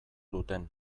duten